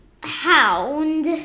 hound